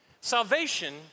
salvation